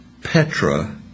Petra